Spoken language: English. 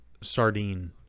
sardine